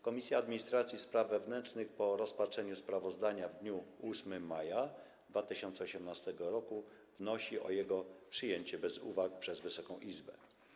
Komisja Administracji i Spraw Wewnętrznych po rozpatrzeniu sprawozdania w dniu 8 maja 2018 r. wnosi o jego przyjęcie bez uwag przez Wysoką Izbę.